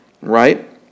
right